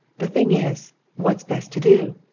the thing is what's best to do?